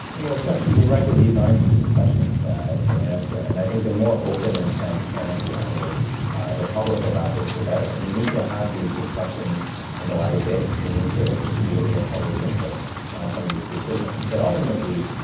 chuck, you're right, these aren't easy questions to answer. and i think the more open and transparent we are with the public about this, the better. we need to have these discussions in the light of day. we need to be able to get public input on some of these decisions. but ultimately,